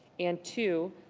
and two.